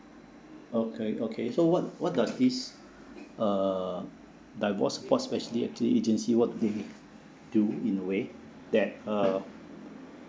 okay okay so what what does this uh divorce force specialists actually agency work do in a way that uh